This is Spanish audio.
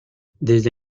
desde